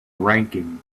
ranking